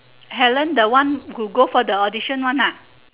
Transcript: helen the one who go for the audition one ah